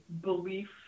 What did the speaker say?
belief